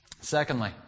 Secondly